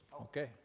Okay